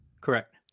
correct